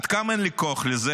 עד כמה אין לי כוח לזה?